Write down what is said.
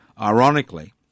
Ironically